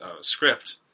script